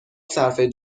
صرفه